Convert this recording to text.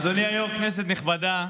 אדוני היו"ר, כנסת נכבדה,